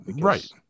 right